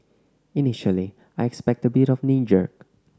initially I expect a bit of a knee jerk